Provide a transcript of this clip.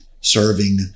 serving